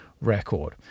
record